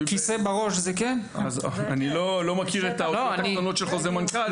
אני לא מכיר את האותיות הקטנות של חוזר מנכ"ל.